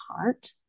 heart